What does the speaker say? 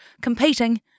competing